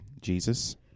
Jesus